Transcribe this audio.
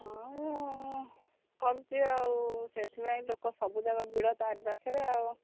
ହଁ କରୁଛି ଆଉ ସେଥିପାଇଁ ଲୋକ ସବୁଜାକ ଭିଡ଼ ତାରି ପାଖରେ ଆଉ